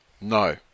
No